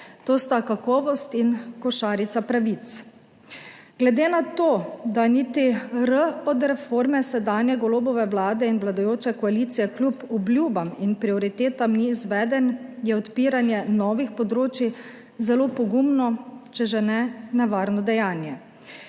(SB) – 13.20** (nadaljevanje) Glede na to, da niti r od reforme sedanje Golobove vlade in vladajoče koalicije kljub obljubam in prioritetam ni izveden, je odpiranje novih področij zelo pogumno, če že ne nevarno dejanje.